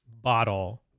bottle